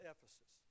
Ephesus